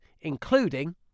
including